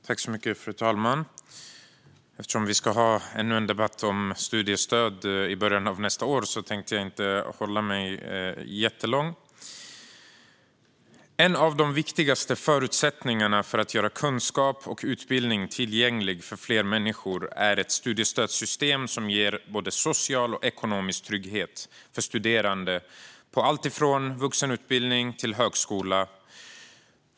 Fru talman! Eftersom vi ska ha ännu en debatt om studiestöd i början av nästa år tänker jag inte hålla ett jättelångt anförande. En av de viktigaste förutsättningarna för att göra kunskap och utbildning tillgänglig för fler människor är ett studiestödssystem som ger både social och ekonomisk trygghet för studerande på allt från vuxenutbildning till högskola.